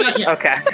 Okay